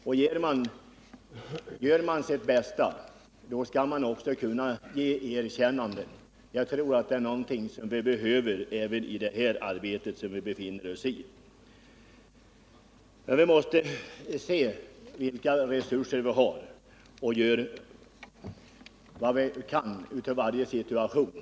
Om någon gör sitt bästa, så skall man kunna ge ett erkännande för det — det är något som är viktigt också för det arbete vi bedriver här. Vi måste alltså se på vilka resurser vi har och göra vad vi kan inför varje situation.